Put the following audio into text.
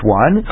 one